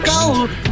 Gold